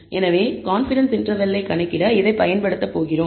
எனவே கான்பிடன்ஸ் இன்டர்வெல்லை கணக்கிட இதைப் பயன்படுத்தப் போகிறோம்